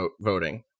voting